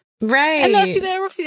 right